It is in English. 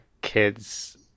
kids